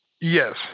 Yes